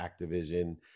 Activision